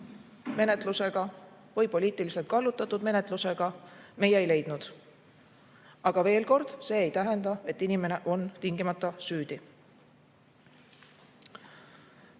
menetlusega või poliitiliselt kallutatud menetlusega, meie ei leidnud. Aga veel kord: see ei tähenda, et inimene on tingimata süüdi.